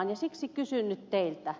siksi kysyn nyt teiltä